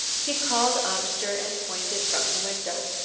he called amster and pointed from the window.